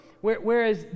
whereas